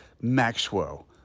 Maxwell